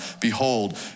behold